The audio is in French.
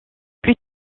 plus